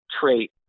trait